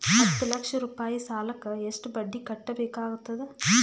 ಹತ್ತ ಲಕ್ಷ ರೂಪಾಯಿ ಸಾಲಕ್ಕ ಎಷ್ಟ ಬಡ್ಡಿ ಕಟ್ಟಬೇಕಾಗತದ?